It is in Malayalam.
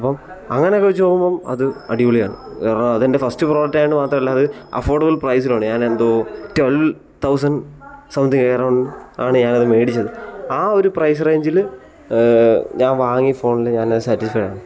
അപ്പം അങ്ങനെയൊക്കെ വെച്ച് നോക്കുമ്പം അത് അടിപൊളിയാണ് കാരണം അതെൻ്റെ ഫസ്റ്റ് പ്രൊഡക്റ്റ് ആയതുകൊണ്ട് മാത്രമല്ല അത് അഫോർഡബിൾ പ്രൈസിലുമാണ് ഞാൻ എന്തോ ട്വൽവ് തൗസൻഡ് സംതിങ് എറൗണ്ട് ആണ് ഞാൻ അത് മേടിച്ചത് ആ ഒരു പ്രൈസ് റേഞ്ചിൽ ഞാൻ വാങ്ങിയ ഫോണിൽ ഞാനത് സാറ്റിസ്ഫൈഡാണ്